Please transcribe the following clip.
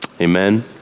Amen